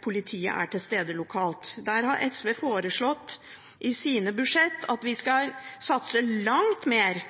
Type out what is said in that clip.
politiet er til stede lokalt. Der har SV foreslått i sine budsjetter at vi skal satse langt mer